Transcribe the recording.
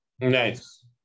Nice